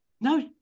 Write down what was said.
No